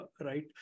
right